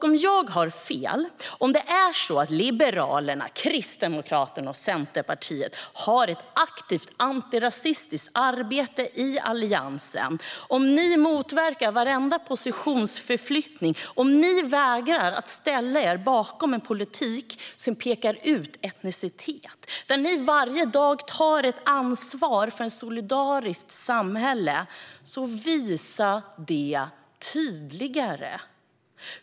Om jag har fel och om det är så att Liberalerna, Kristdemokraterna och Centerpartiet har ett aktivt antirasistiskt arbete i Alliansen, om ni motverkar varenda positionsförflyttning, om ni vägrar att ställa er bakom en politik som pekar ut etniciteter och om ni varje dag tar ett ansvar för ett solidariskt samhälle, visa det då tydligare!